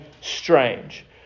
strange